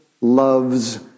loves